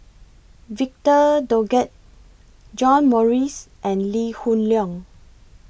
Victor Doggett John Morrice and Lee Hoon Leong